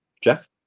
Jeff